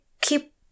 keep